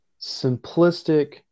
simplistic